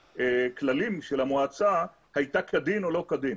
מהכללים של המועצה הייתה כדין או לא כדין.